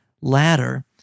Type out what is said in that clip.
ladder